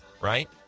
right